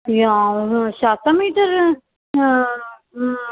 शतमीटर् हा हा